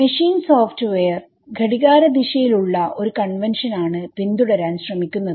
machine software ഘടികാരദിശയിൽ ഉള്ള ഒരു കൺവെൻഷൻ ആണ് പിന്തുടരാൻ ശ്രമിക്കുന്നത്